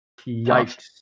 yikes